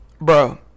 bro